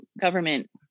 government